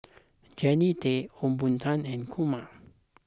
Jannie Tay Ong Boon Tat and Kumar